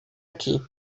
aqui